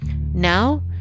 Now